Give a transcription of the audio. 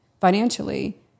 financially